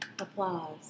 applause